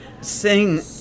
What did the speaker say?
sing